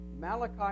Malachi